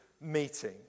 meeting